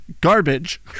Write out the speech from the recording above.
garbage